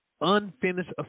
unfinished